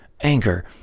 anger